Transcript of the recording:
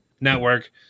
network